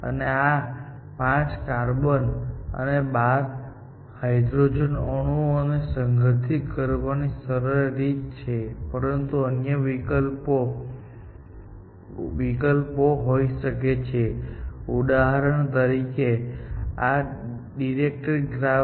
આ 5 કાર્બન અને 12 હાઇડ્રોજન અણુઓ ને સંગઠિત કરવાની સરળ રીત છે પરંતુ અન્ય વિકલ્પો હોઈ શકે છે ઉદાહરણ તરીકે આ ડિરેકટેડ ગ્રાફ્સ છે